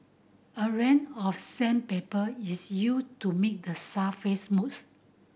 a range of sandpaper is used to make the surface smooth